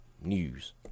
news